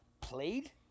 played